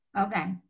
Okay